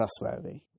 trustworthy